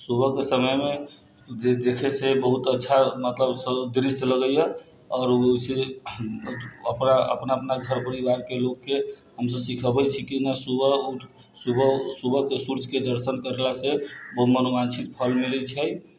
सुबह के समय मे जे देखय से बहुत अच्छा मतलब दृश्य लगैया आओर ओ से अपना अपना घर परिवार के लोक के हमसब सीखबै छी की ना सुबह उठ सुबह के सूर्ज के दर्शन करला से मनोवांक्षित फल मिलै छै